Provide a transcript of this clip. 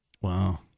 Wow